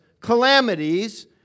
calamities